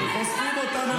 תפסיקו לרקוד על הדם.